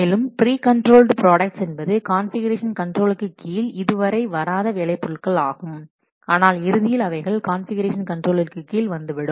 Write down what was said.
மேலும் pre controlled products என்பது configuration கண்ட்ரோல்க்கு கீழ் இதுவரை வராத வேலை பொருட்கள் ஆகும் ஆனால் இறுதியில் அவைகள் கான்ஃபிகுரேஷன் கண்ட்ரோலிற்கு கீழ் வந்துவிடும்